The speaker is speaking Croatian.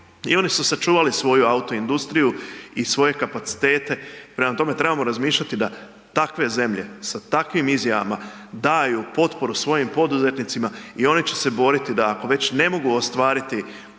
i oni su sačuvali svoju autoindustriju i svoje kapacitete. Prema tome, trebamo razmišljati da takve zemlje sa takvim izjavama daju potporu svojim poduzetnicima i oni će se boriti ako već ne mogu ostvariti dostatne